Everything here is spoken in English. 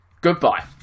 goodbye